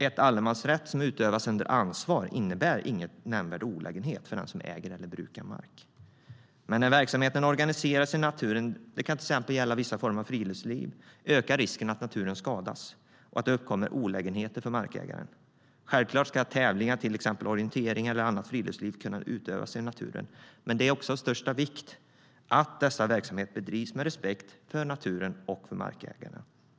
En allemansrätt som utövas under ansvar innebär ingen nämnvärd olägenhet för den som äger eller brukar mark. Men när verksamheten organiseras i naturen - det kan till exempel gälla vissa former av friluftsliv - ökar risken att naturen skadas och att det uppkommer olägenheter för markägaren. Självklart ska tävlingar, till exempel orientering eller annat friluftsliv, kunna utövas i naturen. Men det är av största vikt att dessa verksamheter bedrivs med respekt för såväl naturen som markägaren.